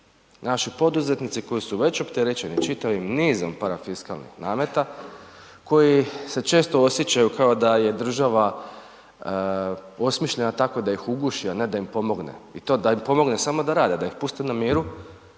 Naši poduzetnici koji su već opterećeni čitavim nizom parafiskalnih nameta, koji će se često osjećaju kao da je država osmišljena tako da ih uguši a ne da im pomogne i to da im pomogne samo da rade, da ih puste na miru